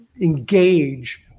engage